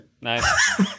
Nice